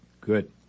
Good